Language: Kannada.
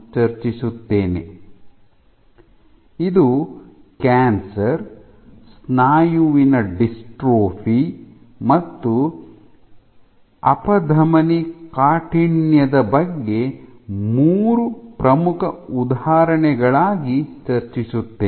ನಾನು ಕ್ಯಾನ್ಸರ್ ಸ್ನಾಯುವಿನ ಡಿಸ್ಟ್ರೋಫಿ ಮತ್ತು ಅಪಧಮನಿ ಕಾಠಿಣ್ಯದ ಬಗ್ಗೆ ಮೂರು ಪ್ರಮುಖ ಉದಾಹರಣೆಗಳಾಗಿ ಚರ್ಚಿಸುತ್ತೇನೆ